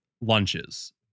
lunches